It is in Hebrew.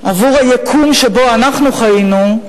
עבור היקום שבו אנחנו חיינו,